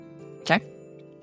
Okay